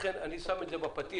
לכן אני אומר את זה בפתיח.